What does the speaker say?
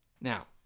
Now